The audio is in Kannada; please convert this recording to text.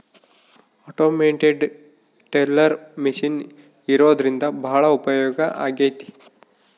ಆಟೋಮೇಟೆಡ್ ಟೆಲ್ಲರ್ ಮೆಷಿನ್ ಇರೋದ್ರಿಂದ ಭಾಳ ಉಪಯೋಗ ಆಗೈತೆ